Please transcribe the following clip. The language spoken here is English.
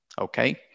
Okay